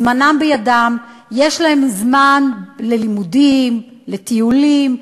זמנם בידם, יש להם זמן ללימודים, לטיולים,